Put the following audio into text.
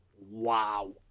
Wow